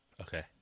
Okay